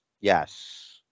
Yes